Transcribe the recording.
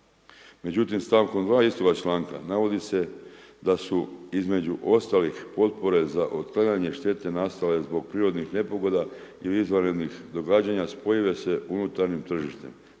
Međutim stavkom 2. istoga članka navodi se da su između ostalih potpore za otklanjanje štete nastale zbog prirodnih nepogoda ili izvanrednih događanja spojive sa unutarnjim tržištem.